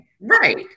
right